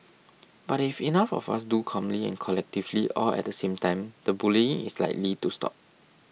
but if enough of us do calmly and collectively all at the same time the bullying is likely to stop